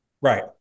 Right